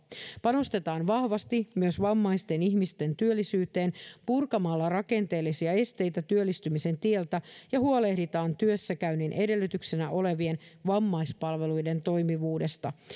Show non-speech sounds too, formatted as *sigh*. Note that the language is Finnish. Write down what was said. panostetaan vahvasti myös vammaisten ihmisten työllisyyteen purkamalla rakenteellisia esteitä työllistymisen tieltä *unintelligible* ja huolehditaan työssäkäynnin edellytyksenä olevien vammaispalveluiden toimivuudesta